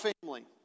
family